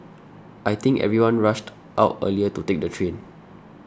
I think everyone rushed out earlier to take the train